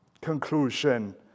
Conclusion